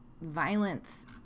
violence